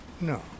No